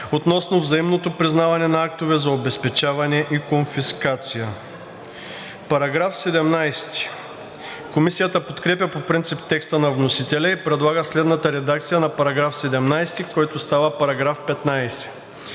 относно взаимното признаване на актовете за обезпечаване и конфискация.“ Комисията подкрепя по принцип текста на вносителя и предлага следната редакция на § 17, който става § 15: „§ 15.